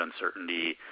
uncertainty